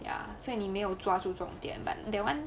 ya so 你没有抓住重点 but that [one]